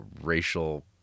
racial